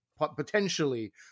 potentially